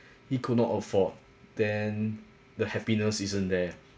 he could not afford then the happiness isn't there